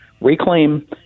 reclaim